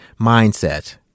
mindset